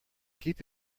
keep